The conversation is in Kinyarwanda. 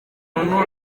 umuntu